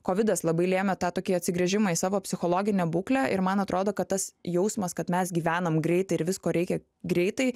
kovidas labai lėmė tą tokį atsigręžimą į savo psichologinę būklę ir man atrodo kad tas jausmas kad mes gyvenam greitai ir visko reikia greitai